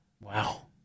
Wow